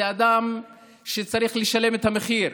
זה אדם שצריך לשלם את המחיר,